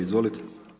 Izvolite.